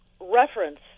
reference